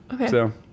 Okay